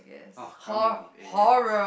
oh coming of eight